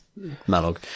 Malog